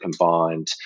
combined